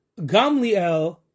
Gamliel